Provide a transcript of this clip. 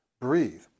breathe